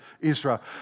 Israel